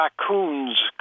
raccoons